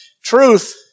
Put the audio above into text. truth